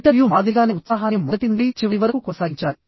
interview మాదిరిగానే ఉత్సాహాన్ని మొదటి నుండి చివరి వరకు కొనసాగించాలి